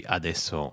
adesso